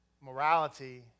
Morality